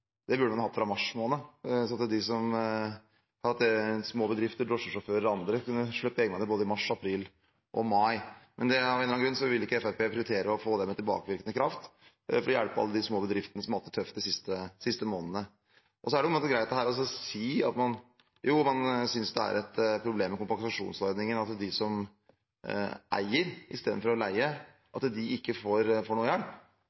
Det burde man hatt fra mars måned, så små bedrifter, drosjesjåfører og andre kunne sluppet egenandel både i mars, april og mai. Men av en eller annen grunn ville ikke Fremskrittspartiet prioritere å få det med tilbakevirkende kraft, for å hjelpe alle de små bedriftene som har hatt det tøft de siste månedene. Så er det greit å si at man synes det er et problem med kompensasjonsordningen at de som eier istedenfor å leie, ikke får noen hjelp,